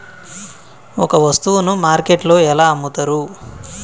ఒక వస్తువును మార్కెట్లో ఎలా అమ్ముతరు?